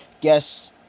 Guess